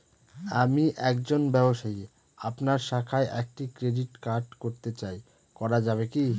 আমি একজন ব্যবসায়ী আপনার শাখায় একটি ক্রেডিট কার্ড করতে চাই করা যাবে কি?